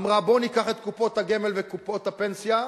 אמרה: בואו ניקח את קופות הגמל ואת קופות הפנסיה,